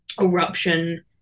eruption